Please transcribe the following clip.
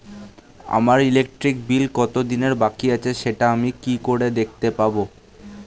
আমার electric bill কত দিনের বাকি আছে সেটা আমি কি করে দেখতে পাবো?